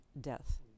death